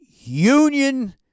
union